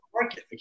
market